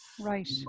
right